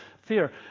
fear